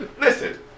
Listen